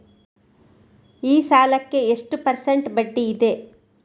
ಈ ಸಾಲಕ್ಕೆ ಎಷ್ಟು ಪರ್ಸೆಂಟ್ ಬಡ್ಡಿ ಇದೆ?